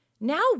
Now